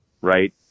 right